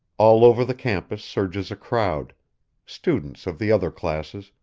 all over the campus surges a crowd students of the other classes,